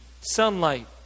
sunlight